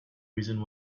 reason